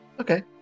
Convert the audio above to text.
okay